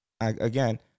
again